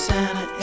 Santa